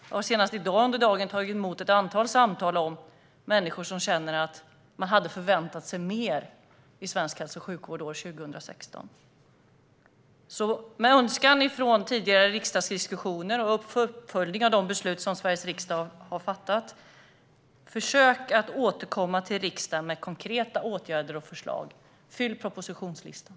Jag har senast i dag under dagen tagit emot ett antal samtal från människor som känner att de hade förväntat sig mer av svensk hälso och sjukvård år 2016. Med en önskan från tidigare riksdagsdiskussioner om en uppföljning av de beslut som Sveriges riksdag har fattat, försök att återkomma till riksdagen med konkreta åtgärder och förslag! Fyll propositionslistan!